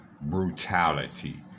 brutality